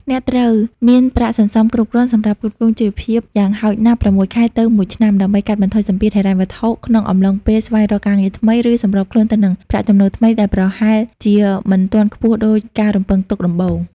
អ្នកត្រូវមានប្រាក់សន្សំគ្រប់គ្រាន់សម្រាប់ផ្គត់ផ្គង់ជីវភាពយ៉ាងហោចណាស់ ៦ ខែទៅ ១ ឆ្នាំ ដើម្បីកាត់បន្ថយសម្ពាធហិរញ្ញវត្ថុក្នុងអំឡុងពេលស្វែងរកការងារថ្មី ឬសម្របខ្លួនទៅនឹងប្រាក់ចំណូលថ្មីដែលប្រហែលជាមិនទាន់ខ្ពស់ដូចការរំពឹងទុកដំបូង។